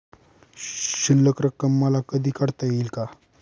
शिल्लक रक्कम मला कधी काढता येईल का?